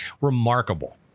remarkable